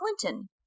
Clinton